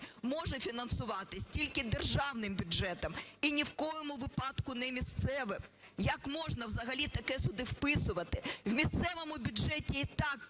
може фінансуватись тільки державним бюджетом і ні в якому випадку не місцевим. Як можна взагалі таке сюди вписувати? В місцевому бюджеті і так